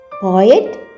Poet